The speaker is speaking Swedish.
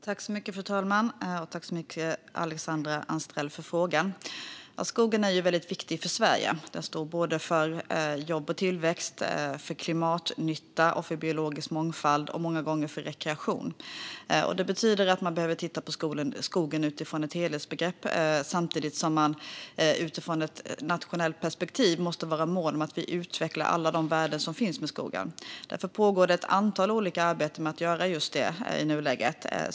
Fru talman! Tack så mycket för frågan, Alexandra Anstrell! Skogen är väldigt viktig för Sverige. Den står för jobb och tillväxt, för klimatnytta, för biologisk mångfald och många gånger för rekreation. Det betyder att man behöver titta på skogen utifrån ett helhetsperspektiv, samtidigt som man utifrån ett nationellt perspektiv måste vara mån om att vi utvecklar alla de värden som finns med skogen. Därför pågår det ett antal olika arbeten med att göra just detta i nuläget.